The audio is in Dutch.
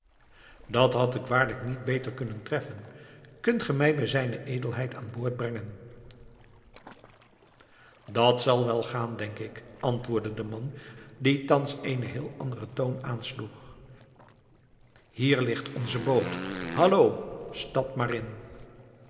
dat had ik waarlijk niet beter kunnen treffen kunt gij me bij zijne edelheid aanboord brengen dat zal wel gaan denk ik antwoordde de man die thans eenen heel anderen toon aansloeg hier ligt onze boot halloh stapt maar in